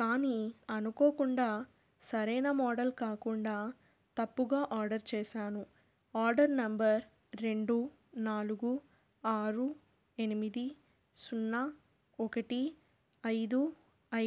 కానీ అనుకోకుండా సరైన మోడల్ కాకుండా తప్పుగా ఆర్డర్ చేశాను ఆర్డర్ నంబర్ రెండు నాలుగు ఆరు ఎనిమిది సున్నా ఒకటి ఐదు